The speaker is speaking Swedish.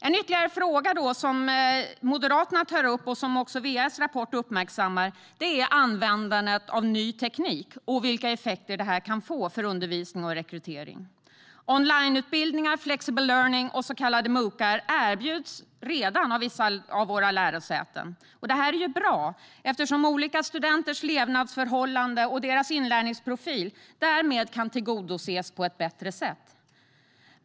En ytterligare fråga som Moderaterna tar upp och som också VR:s rapport uppmärksammar är användandet av ny teknik och vilka effekter detta kan få för undervisning och rekrytering. Online-utbildningar, flexible learning och så kallad MOOC erbjuds redan av vissa av våra lärosäten. Det är bra eftersom olika studenters levnadsförhållanden och inlärningsprofil därmed kan tillgodoses på ett bättre sätt.